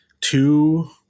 two